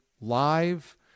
live